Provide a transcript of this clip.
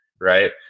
right